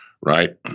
right